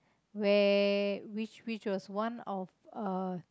where which which was one of uh